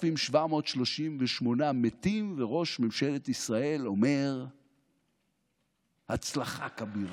4,738 מתים, וראש ממשלת ישראל אומר "הצלחה כבירה".